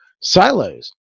silos